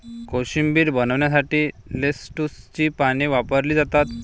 कोशिंबीर बनवण्यासाठी लेट्युसची पाने वापरली जातात